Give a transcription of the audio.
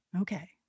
Okay